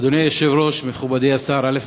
אדוני היושב-ראש, מכובדי השר, א.